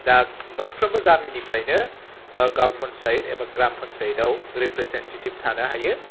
दा मोनफ्रोमबो गामिनिफ्रायनो गाव पन्सायत एबा ग्राम पन्सायतआव रिप्रेजेन्टेटिभ थानो हायो